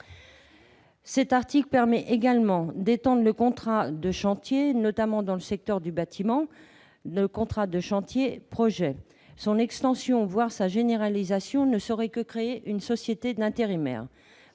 Cet article permet également d'étendre le contrat de chantier, notamment dans le secteur du bâtiment, le contrat de projet. Cette extension, voire cette généralisation, ne saurait que créer une société d'intérimaires.